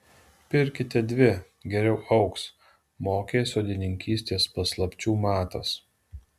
pirkite dvi geriau augs mokė sodininkystės paslapčių matas